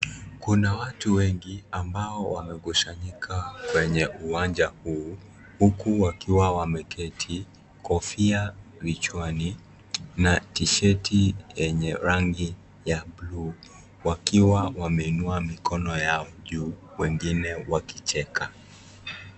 Kuna watu wengi ambao wamekusanyika kwenye uwanja kuu, huku wakiwa wameketi, kofia kichwani na tisheti yenye rangi ya buluu wakiwa wameinua mikono yao juu wengine wakicheka.